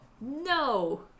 no